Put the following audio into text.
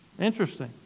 Interesting